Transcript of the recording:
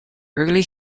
early